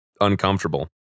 uncomfortable